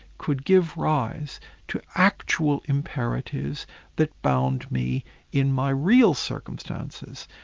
could give rise to actual imperatives that bound me in my real circumstances.